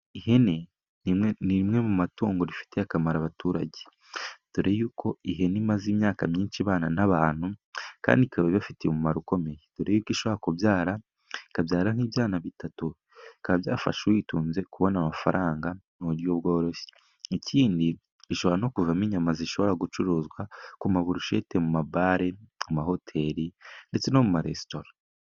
Ihene n'imwe mu matungo rifitiye akamaro abaturage ,dore y'uko ihene imaze imyaka myinshi ibana n'abantu kandi ikaba ibafitiye umumaro ukomeye dore ko ishobora kubyara ikabyara nk'ibyana bitatu bikaba byafasha uyitunze kubona amafaranga mu buryo bworoshye , ikindi ishobora no kuvamo inyama zishobora gucuruzwa ku ma burushete ,mu mabare ,amahoteli ndetse no mu maresitora.